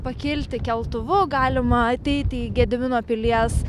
pakilti keltuvu galima ateiti į gedimino pilies